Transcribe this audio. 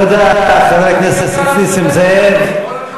תודה, חבר הכנסת נסים זאב.